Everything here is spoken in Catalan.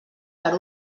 per